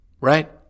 right